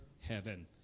heaven